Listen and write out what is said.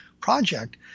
project